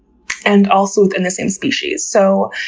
and also within the same species. so,